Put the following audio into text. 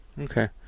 Okay